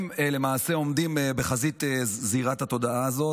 הם למעשה עומדים בחזית זירת התודעה הזאת